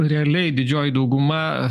realiai didžioji dauguma